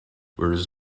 whereas